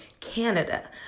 Canada